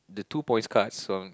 the two points cards so